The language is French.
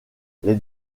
les